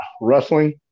wrestling